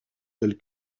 telles